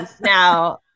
now